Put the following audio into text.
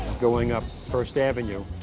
going up first avenue,